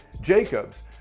Jacobs